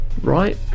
Right